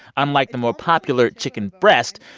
unlike the more popular chicken breast,